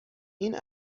این